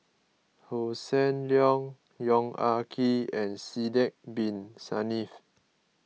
Hossan Leong Yong Ah Kee and Sidek Bin Saniff